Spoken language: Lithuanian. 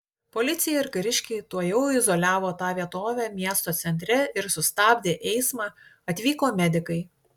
policija ir kariškiai tuojau izoliavo tą vietovę miesto centre ir sustabdė eismą atvyko medikai